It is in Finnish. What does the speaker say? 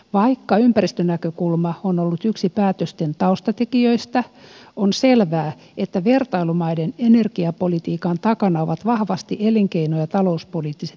vaikka ympäristönäkökulma on ollut yksi päätösten taustatekijöistä on selvää että vertailumaiden energiapolitiikan takana ovat vahvasti elinkeino ja talouspoliittiset pyrkimykset